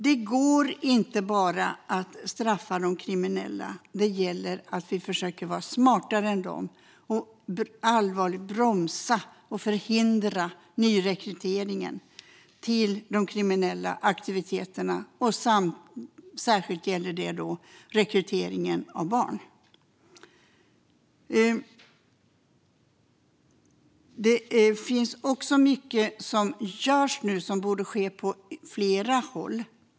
Det går inte att bara straffa de kriminella, utan det gäller att vi försöker vara smartare än de och allvarligt bromsa och förhindra nyrekryteringen till de kriminella aktiviteterna. Särskilt gäller det rekryteringen av barn. Det finns mycket som görs och som borde ske på flera håll.